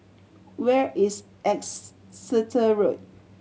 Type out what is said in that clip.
where is Exeter Road